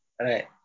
right